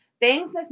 Bangs